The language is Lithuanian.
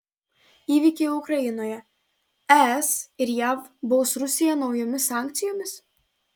įvykiai ukrainoje es ir jav baus rusiją naujomis sankcijomis